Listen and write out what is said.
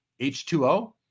H2O